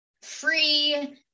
free